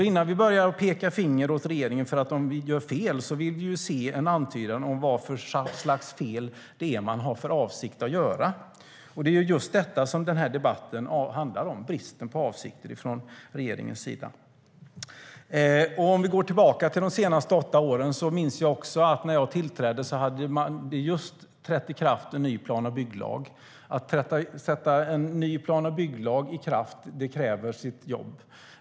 Innan vi börjar peka finger åt regeringen för att den gör fel vill vi se en antydan om vad för slags fel den har för avsikt att göra. Det är just detta som den här debatten handlar om: bristen på avsikter från regeringens sida. För att gå tillbaka till de senaste åtta åren minns jag att när jag tillträdde hade det just trätt i kraft en ny plan och bygglag. Att sätta en ny plan och bygglag i kraft kräver mycket jobb.